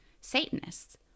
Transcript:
satanists